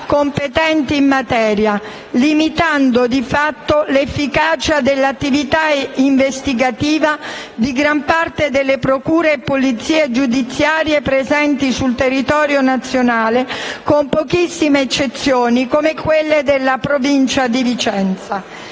competenti in materia, che limitano di fatto l'efficacia dell'attività investigativa di gran parte delle procure e polizie giudiziarie presenti sul territorio nazionale, con pochissime eccezioni come quella della Provincia di Vicenza.